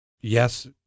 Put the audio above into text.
yes